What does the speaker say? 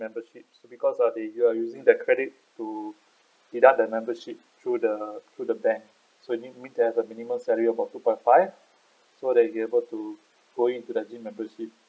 membership because uh if they are using their credit to deduct the membership through the through the bank so need me to have a minimum salary about two point five so that you'll able to go into the gym membership